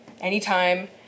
Anytime